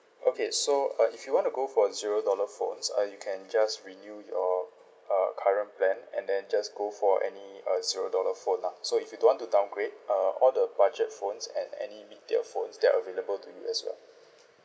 okay so uh if you wanna go for zero dollar phones uh you can just renew your uh current plan and then just go for any uh zero dollar phone lah so if you don't want to downgrade uh all the budget phones and any retail phones they're available to you as well